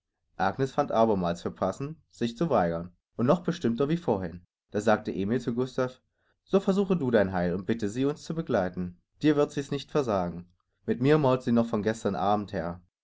agnes fand abermals für passend sich zu weigern und noch bestimmter wie vorhin da sagte emil zu gustav so versuche du dein heil und bitte sie uns zu begleiten dir wird sie's nicht versagen mit mir mault sie noch von gestern abend her